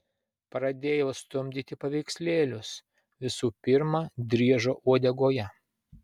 pradėjau stumdyti paveikslėlius visų pirma driežo uodegoje